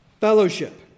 fellowship